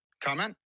comment